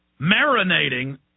marinating